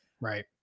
Right